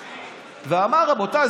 ואמר: רבותיי,